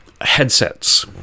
headsets